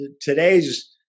today's